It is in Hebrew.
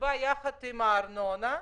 שבא יחד עם הארנונה?